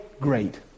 great